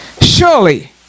Surely